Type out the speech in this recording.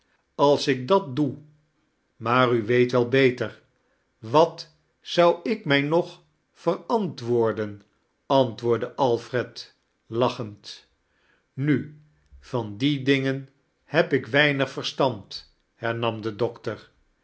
als ik dat doe maar u weet wel betar wat zoiu ik mij niog verantwoorden i antwoordde alfred lachend nu van die dingen heb ik weinig verstand hernam de doctor